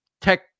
tech